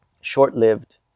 short-lived